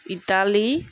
Italy